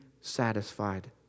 satisfied